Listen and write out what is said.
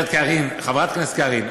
חברת הכנסת קארין,